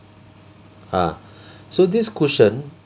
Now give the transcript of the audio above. ah so this cushion